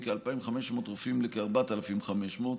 מכ-2,500 רופאים לכ-4,500 רופאים,